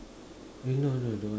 eh no no don't want